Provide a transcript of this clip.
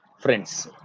friends